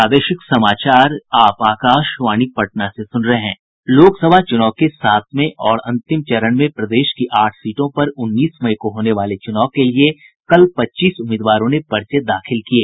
लोकसभा चूनाव के सातवें और अंतिम चरण में प्रदेश की आठ सीटों पर उन्नीस मई को होने वाले चूनाव के लिए कल पच्चीस उम्मीदवारों ने पर्चे दाखिल किये